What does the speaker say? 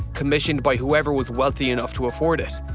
commissioned by whoever was wealthy enough to afford it.